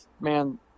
man